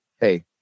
hey